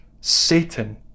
Satan